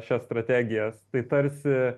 šias strategijas tai tarsi